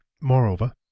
Moreover